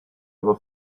ever